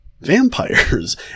vampires